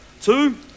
Two